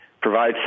provide